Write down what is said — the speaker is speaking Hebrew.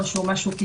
או שהוא קיצוני,